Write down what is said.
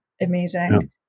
amazing